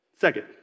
Second